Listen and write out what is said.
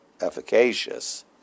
efficacious